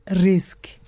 risk